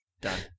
done